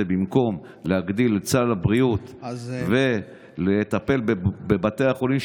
במקום להגדיל את סל הבריאות ולטפל בבתי החולים,